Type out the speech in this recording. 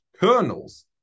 kernels